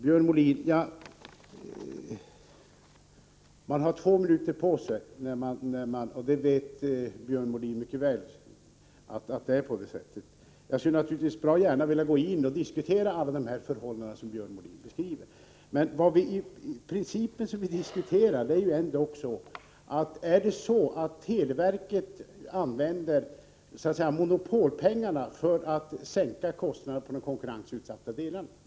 Björn Molin vet mycket väl att man har två minuter på sig. Naturligtvis skulle jag mycket gärna vilja mer ingående diskutera allt det som Björn Molin beskrev. Men vad vi diskuterar är ändå detta: Är det så att televerket använder monopolpengarna för att sänka kostnaderna för de konkurrensutsatta delarna?